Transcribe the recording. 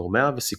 גורמיה וסיכוייה.